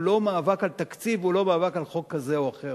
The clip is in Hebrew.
הוא לא מאבק על תקציב והוא לא מאבק על חוק כזה או אחר.